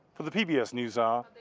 for the pbs newshour,